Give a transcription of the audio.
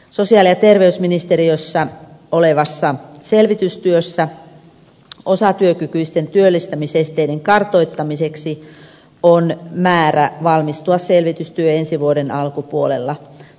sosiaali ja terveysministeriön selvitystyö osatyökykyisten työllistämisesteiden kartoittamiseksi on määrä valmistua ensi vuoden alkupuolella